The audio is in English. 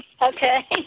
Okay